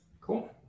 cool